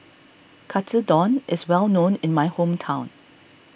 Katsudon is well known in my hometown